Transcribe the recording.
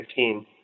2015